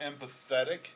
empathetic